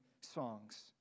songs